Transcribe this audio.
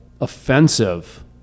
offensive